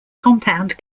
compound